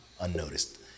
unnoticed